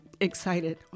excited